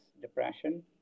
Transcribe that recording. depression